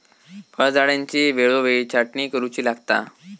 फळझाडांची वेळोवेळी छाटणी करुची लागता